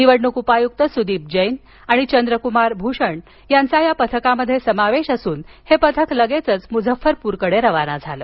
निवडणूक उपायुक्त सुदीप जैन आणि चंद्रभूषण कुमार यांचा या पथकात समावेश असून हे पथक लगेचच मुझफ्फरप्रकडे रवाना झालं